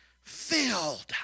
filled